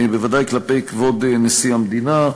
בוודאי כלפי כבוד נשיא המדינה,